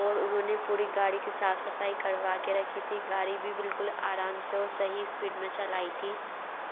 और उन्होंने पूरी गाड़ी की साफ़ सफ़ाई करवा के रखी थी गाड़ी भी बिल्कुल आराम से और सही इस्पीड में चलाई थी